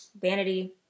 vanity